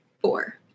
four